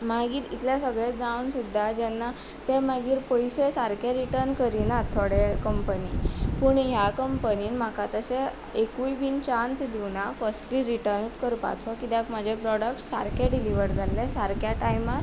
मागीर इतलें सगलें जावन सुद्दां जेन्ना ते मागीर पयशे सारके रिटर्न करिनात थोडे कंपनी पूण ह्या कंपनीन म्हाका तशें एकूय बीन चान्स दिवना फस्टली रिटनूत करपाचो किद्याक म्हाजे प्रोडक्ट्स सारके डिलीवर जाल्ले सारक्या टायमार